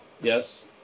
Yes